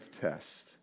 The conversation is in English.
test